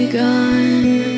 gone